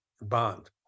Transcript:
bond